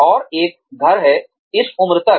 और एक घर है इस उम्र तक